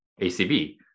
ACB